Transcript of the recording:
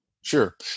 Sure